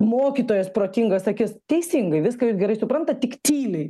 mokytojas protingas akis teisingai viską jis gerai supranta tik tyliai